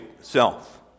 self